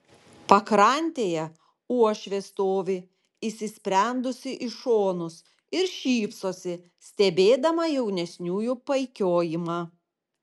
pakrantėje uošvė stovi įsisprendusi į šonus ir šypsosi stebėdama jaunesniųjų paikiojimą